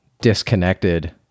disconnected